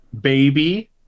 baby